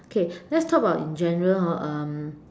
okay let's talk about in general hor um